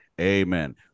Amen